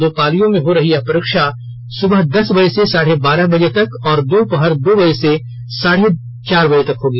दो पालियों में हो रही यह परीक्षा सुबह दस बजे से साढ़े बारह बजे तक और दोपहर दो बजे से साढ़े चार बजे तक होगी